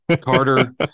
Carter